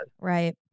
Right